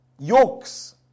yokes